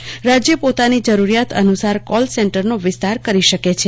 અને ત્યારબાદ રાજ્ય પોતાની જરૂરિયાત અનુસાર કોલ સેન્ટરનો વિસ્તાર કરી શકે છે